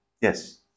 yes